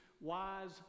wise